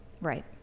Right